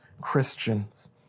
Christians